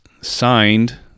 signed